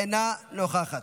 אינה נוכחת.